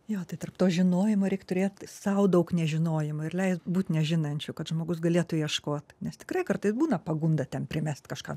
jo tai tarp to žinojimo reik turėt sau daug nežinojimo ir leist būt nežinančiu kad žmogus galėtų ieškot nes tikrai kartais būna pagunda ten primest kažką